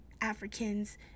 africans